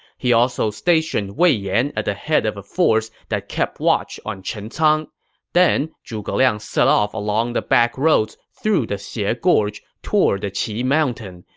he also stationed wei yan at the head of a force that kept watch on chencang. then, zhuge liang set off along the backroads through the xie ah gorge toward the qi mountain,